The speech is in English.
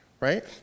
Right